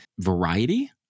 variety